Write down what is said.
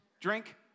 Drink